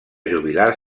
jubilar